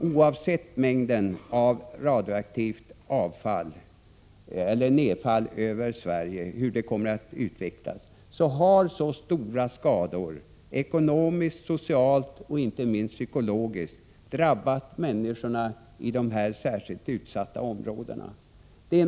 Oavsett mängden av radioaktivt nedfall över Sverige och oavsett hur det hela kommer att utvecklas, har stora skador, ekonomiskt, socialt och inte minst psykologiskt, drabbat människorna i de särskilt utsatta områdena.